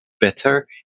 better